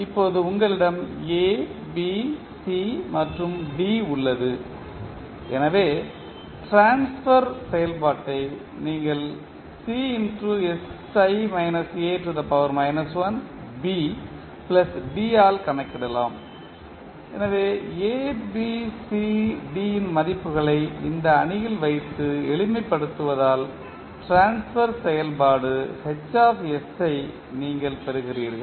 இப்போது உங்களிடம் A B C மற்றும் D உள்ளது எனவே ட்ரான்ஸ்பர் செயல்பாட்டை நீங்கள் ஆல் கணக்கிடலாம் எனவே A B C D இன் மதிப்புகளை இந்த அணியில் வைத்து எளிமை படுத்துவதால் ட்ரான்ஸ்பர் செயல்பாடு H ஐ நீங்கள் பெறுகிறீர்கள்